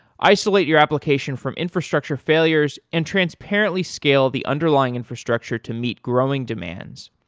isolate your application from infrastructure failures and transparently scale the underlying infrastructure to meet growing demands,